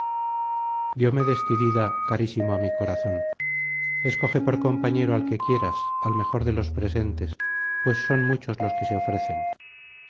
diomedes tidida carísimo á mi corazón escoge por compañero al que quieras al mejor de los presentes pues son muchos los que se ofrecen